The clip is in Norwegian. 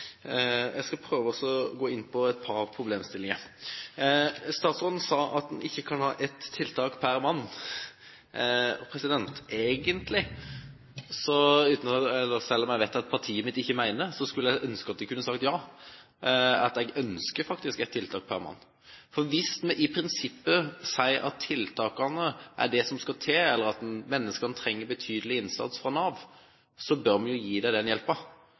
et par problemstillinger. Statsråden sa at en ikke kan ha ett tiltak per mann. Egentlig – selv om jeg vet at partiet mitt ikke mener det – skulle jeg ønske at vi kunne sagt ja. Jeg ønsker faktisk ett tiltak per mann. Hvis vi i prinsippet sier at tiltakene er det som skal til, eller at menneskene trenger betydelig innsats fra Nav, bør vi gi dem den